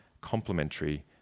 complementary